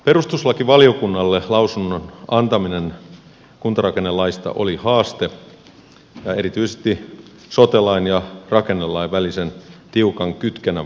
perustuslakivaliokunnalle lausunnon antaminen kuntarakennelaista oli haaste erityisesti sote lain ja rakennelain välisen tiukan kytkennän vuoksi